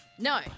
No